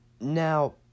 Now